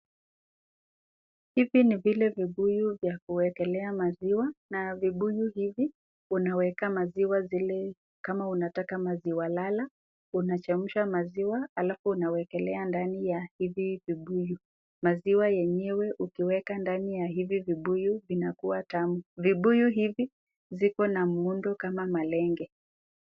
Hivi ni vile vibuyu vya kuwekelea maziwa na vibuyu hivi unaweka maziwa zile, kama unataka maziwa lala, unachemsha maziwa alafu unawekelea ndani ya hivi vibuyu. Maziwa yenyewe ukiweka ndani ya hivi vibuyu inakuwa tamu. Vibuyu hivi, ziko na muundo kama malenge.